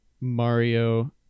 Mario